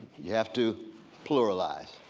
you have to pluralize,